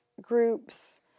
groups